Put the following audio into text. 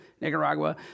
Nicaragua